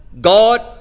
God